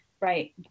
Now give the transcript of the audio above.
right